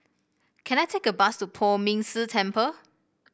can I take a bus to Poh Ming Tse Temple